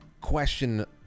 question